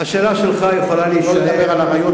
שלא לדבר על עריות,